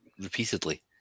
repeatedly